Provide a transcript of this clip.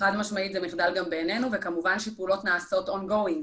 חד-משמעית זה מחדל גם בעינינו וכמובן שפעולות נעשות on going.